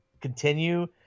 continue